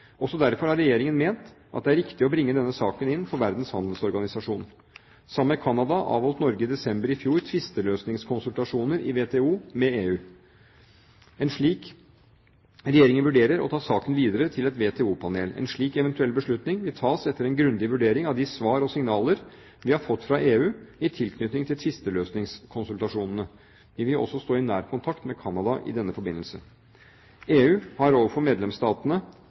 Også derfor har Regjeringen ment at det er riktig å bringe denne saken inn for Verdens handelsorganisasjon. Sammen med Canada avholdt Norge i desember i fjor tvisteløsningskonsultasjoner i WTO med EU. Regjeringen vurderer å ta saken videre til et WTO-panel. En slik eventuell beslutning vil tas etter en grundig vurdering av de svar og signaler vi har fått fra EU i tilknytning til tvisteløsningskonsultasjonene. Vi vil også stå i nær kontakt med Canada i denne forbindelse. EU har overfor medlemsstatene